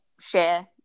share